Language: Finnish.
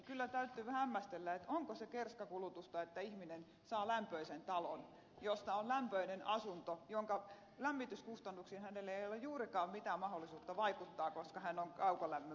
kyllä täytyy hämmästellä onko se kerskakulutusta että ihminen saa lämpöisen talon jossa on lämpöinen asunto jonka lämmityskustannuksiin hänellä ei ole juurikaan mitään mahdollisuutta vaikuttaa koska hän on kaukolämmön päässä